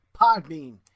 Podbean